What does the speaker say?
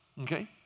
okay